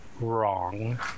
wrong